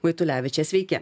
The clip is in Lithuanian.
vaitulevičė sveiki